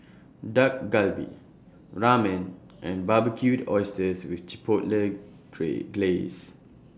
Dak Galbi Ramen and Barbecued Oysters with Chipotle Glaze